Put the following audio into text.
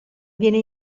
viene